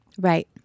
Right